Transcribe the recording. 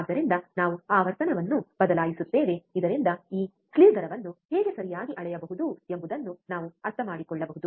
ಆದ್ದರಿಂದ ನಾವು ಆವರ್ತನವನ್ನು ಬದಲಾಯಿಸುತ್ತೇವೆ ಇದರಿಂದ ಈ ಸ್ಲೀವ್ ದರವನ್ನು ಹೇಗೆ ಸರಿಯಾಗಿ ಅಳೆಯಬಹುದು ಎಂಬುದನ್ನು ನಾವು ಅರ್ಥಮಾಡಿಕೊಳ್ಳಬಹುದು